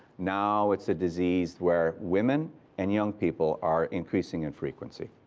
now it's a disease where women and young people are increasing in frequency.